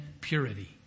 purity